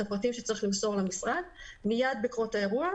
הפרטים שצריך למסור למשרד מיד בקרות האירוע,